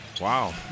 Wow